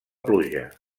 pluja